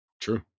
True